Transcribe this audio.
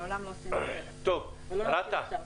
מעולם לא --- רת"א, בבקשה.